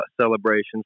celebrations